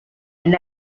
and